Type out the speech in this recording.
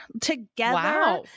together